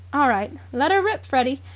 all right. let her rip, freddie.